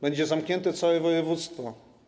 Będzie zamknięte całe województwo.